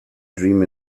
dream